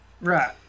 Right